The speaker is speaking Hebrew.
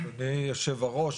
אדוני יושב הראש,